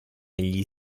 gli